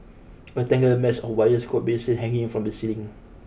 a tangled mess of wires could be seen hanging from the ceiling